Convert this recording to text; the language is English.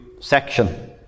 section